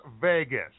Vegas